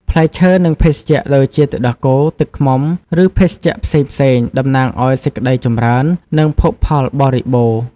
ផ្លែឈើ និងភេសជ្ជៈដូចជាទឹកដោះគោ ទឹកឃ្មុំ ឬភេសជ្ជៈផ្សេងៗ តំណាងឱ្យសេចក្ដីចម្រើន និងភោគផលបរិបូរណ៍។